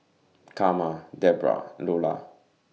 Karma Debbra Lolla